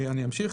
אני אמשיך.